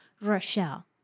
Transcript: Rochelle